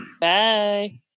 Bye